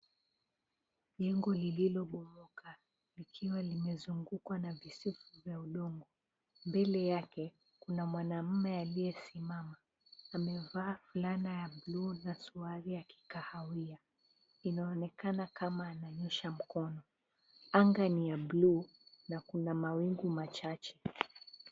Jengo lililobomoka likiwa limezungukwa na visifu vya udongo. Mbele yake kuna mwanaume aliyekuwa amesimama amevaa fulana ya buluu na suruali ya kikahawia inaonekana kama ananyosha mikono. Anga ni ya buluu na kuna mawingu machache.